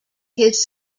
his